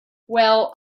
well